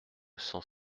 cent